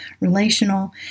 relational